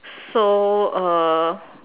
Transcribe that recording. so uh